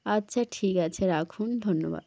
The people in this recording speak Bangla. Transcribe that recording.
আচ্ছা ঠিক আছে রাখুন ধন্যবাদ